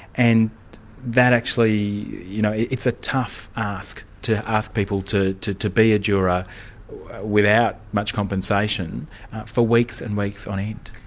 and that actually you know it's a tough ask to ask people to to be a juror without much compensation for weeks and weeks on end.